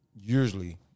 usually